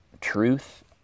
truth